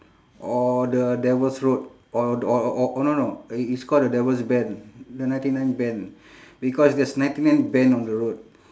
or the devil's road or the or or oh no no it~ it's called the devil's bend the ninety nine bend because there's ninety nine bend on the road